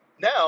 now